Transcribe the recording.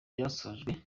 byasojwe